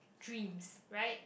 dreams right